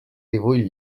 divuit